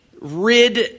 rid